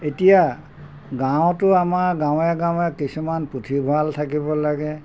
এতিয়া গাঁৱতো আমাৰ গাঁৱে গাঁৱে কিছুমান পুথিভঁৰাল থাকিব লাগে